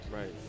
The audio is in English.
Right